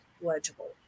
legible